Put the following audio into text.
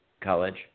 college